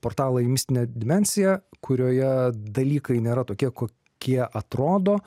portalą į mistinę dimensiją kurioje dalykai nėra tokie kokie atrodo